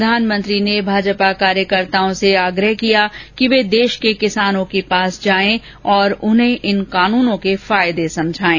प्रधानमंत्री ने भाजपा कार्यकर्ताओं से आग्रह किया कि वे देश के किसानों के पास जाए और उन्हें इन कानुनों के फायदे समझाएं